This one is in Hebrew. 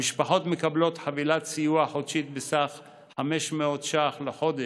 המשפחות מקבלות חבילת סיוע חודשית בסך 500 לחודש,